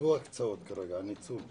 עזבו הקצאות כרגע, הניצול הסופי,